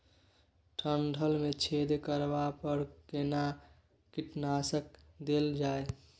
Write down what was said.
डंठल मे छेद करबा पर केना कीटनासक देल जाय?